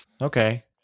Okay